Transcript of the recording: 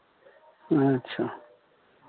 अच्छा